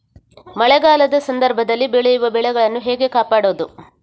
ಮಳೆಗಾಲದ ಸಂದರ್ಭದಲ್ಲಿ ಬೆಳೆಯುವ ಬೆಳೆಗಳನ್ನು ಹೇಗೆ ಕಾಪಾಡೋದು?